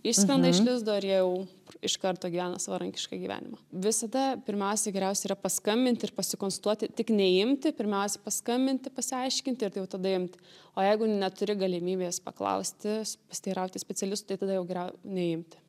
išskrenda iš lizdo ir jau iš karto gyvena savarankišką gyvenimą visada pirmiausia geriausia yra paskambint ir pasikonsultuoti tik neimti pirmiausia paskambinti pasiaiškinti ir jau tada imti o jeigu neturi galimybės paklausti pasiteirauti specialistų tai tada jau geriau neimti